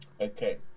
okay